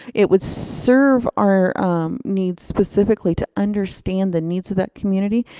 it would serve our needs specifically to understand the needs of that community,